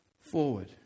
forward